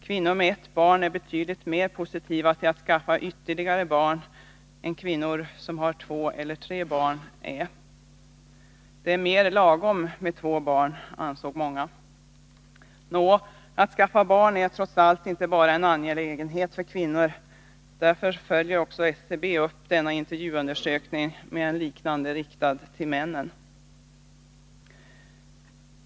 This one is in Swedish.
Kvinnor med ett barn är betydligt mer positiva till att skaffa ytterligare barn än kvinnor som har två eller tre barn. Det är ”mera lagom” med två barn, ansåg många. Att skaffa barn är trots allt inte bara en angelägenhet för kvinnor. Därför följer SCB också upp denna intervjuundersökning med en liknande riktad till männen.